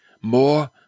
more